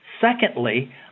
Secondly